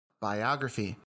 Biography